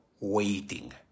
Waiting